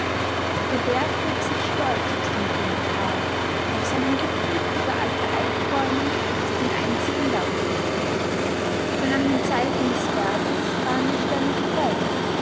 der berg hob sich stolz aus dem grünen tal auf seinem gipfel trug er alte eichbäume als den einzigen laubschmuck denn an den seiten des berges waren die stämme gefällt